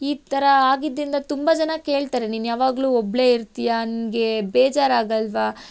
ಈ ಥರ ಆಗಿದ್ರಿಂದ ತುಂಬ ಜನ ಕೇಳ್ತಾರೆ ನೀನು ಯಾವಾಗಲು ಒಬ್ಬಳೇ ಇರ್ತಿಯಾ ನಿನಗೆ ಬೇಜಾರಾಗಲ್ಲವಾ